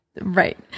Right